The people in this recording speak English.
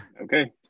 okay